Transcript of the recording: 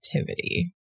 activity